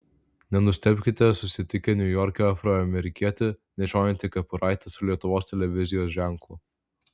nenustebkite susitikę niujorke afroamerikietį nešiojantį kepuraitę su lietuvos televizijos ženklu